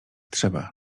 trzeba